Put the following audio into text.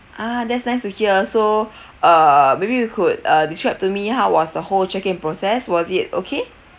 ah that's nice to hear so uh maybe you could uh describe to me how was the whole check in process was it okay